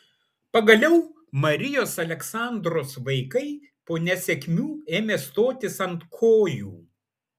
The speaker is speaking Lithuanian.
pagaliau marijos aleksandros vaikai po nesėkmių ėmė stotis ant kojų